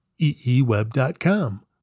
eeweb.com